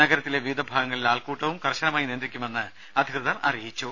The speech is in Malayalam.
നഗരത്തിലെ വിവിധ ഭാഗങ്ങളിലെ ആൾകൂട്ടവും കർശനമായി നിയന്ത്രിക്കുമെന്ന് അധികൃതർ അറിയിച്ചു